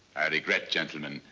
i regret gentlemen.